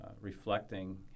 reflecting